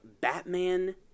Batman